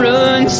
Run